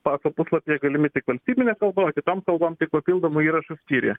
paso puslapyje galimi tik valstybine kalba o kitom kalbom tik papildomų įrašų skyriuje